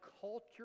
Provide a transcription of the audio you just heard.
culture